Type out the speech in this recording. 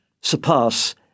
surpass